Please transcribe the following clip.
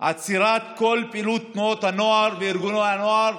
עצירת כל פעילות תנועות הנוער וארגוני הנוער,